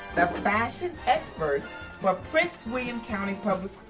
the fashion expert for prince william county public.